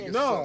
no